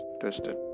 twisted